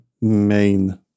main